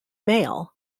male